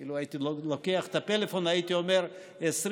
אילו הייתי לוקח את הפלאפון הייתי אומר 20,200